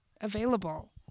available